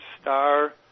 star